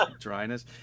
dryness